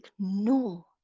ignore